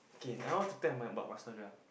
okay I want to tell about my story ah